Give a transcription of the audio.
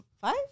five